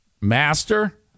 Master